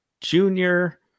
junior